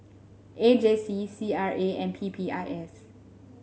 A J C C R A and P P I S